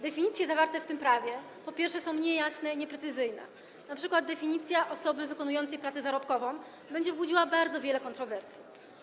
Definicje zawarte w tym prawie, po pierwsze, są niejasne, nieprecyzyjne, np. definicja osoby wykonującej pracę zarobkową będzie budziła bardzo wiele kontrowersji.